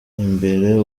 imbere